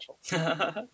special